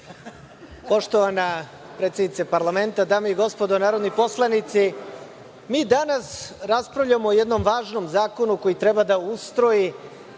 Poštovana predsednice parlamenta, dame i gospodo narodni poslanici, mi danas raspravljamo o jednom važnom zakonu koji treba da ustroji